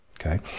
Okay